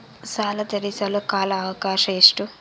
ಸಾಲ ತೇರಿಸಲು ಕಾಲ ಅವಕಾಶ ಎಷ್ಟು?